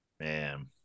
Man